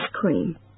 cream